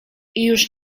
już